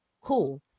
cool